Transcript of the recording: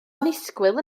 annisgwyl